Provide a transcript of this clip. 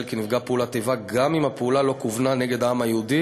כנפגע פעולת איבה גם אם הפעולה לא כוונה נגד העם היהודי